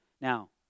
Now